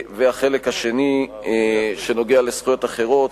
והחלק השני שנוגע לזכויות אחרות,